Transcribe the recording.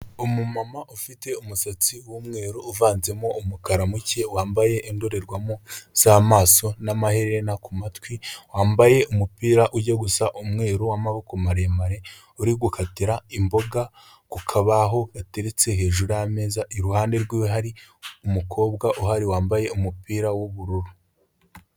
Umumama ufite umusatsi w'umweru uvanzemo umukara muke wambaye indorerwamo z'amaso n'amaherena ku matwi, wambaye umupira ujya gusa umweru w'amaboko maremare uri gukatira imboga ku kabaho gateretse hejuru y'ameza, iruhande rwiwe hari umukobwa uhari wambaye umupira w'ubururu.